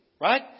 right